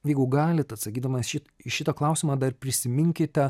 jeigu galit atsakydamas šit į šitą klausimą dar prisiminkite